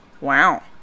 Wow